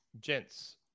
gents